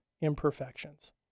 imperfections